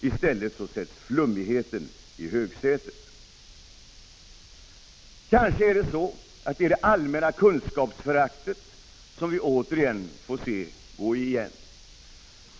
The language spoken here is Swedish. I stället sätts flummigheten i högsätet. Kanske det är det allmänna kunskapsföraktet som vi ännu en gång får se gå igen.